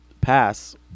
pass